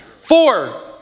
Four